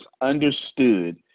understood